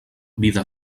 vida